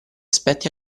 aspetti